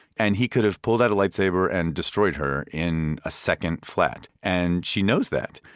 and he could've pulled out a light saber and destroyed her in a second flat, and she knows that,